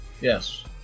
yes